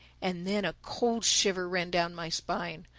and then a cold shiver ran down my spine.